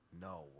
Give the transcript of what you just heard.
No